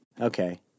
Okay